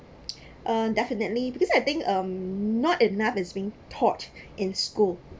uh definitely because I think um not enough is being taught in school